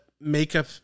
makeup